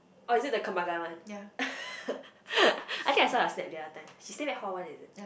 orh is it the Kembangan one I think I saw her snap the other time she stay back hall one is it